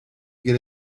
get